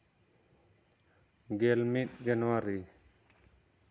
ᱜᱮᱞᱢᱤᱫ ᱡᱟᱱᱣᱟᱨᱤ